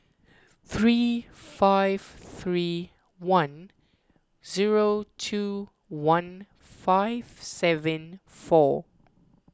three five three one zero two one five seven four